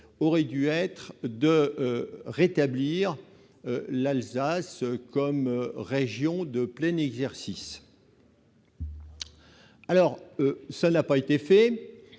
aurait dû être de rétablir l'Alsace comme région de plein exercice. Ça n'a pas été fait.